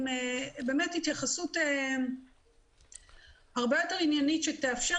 עם באמת התייחסות הרבה יותר עניינית שתאפשר